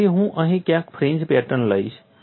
તેથી હું અહીં ક્યાંક ફ્રિન્જ પેટર્ન લઈશ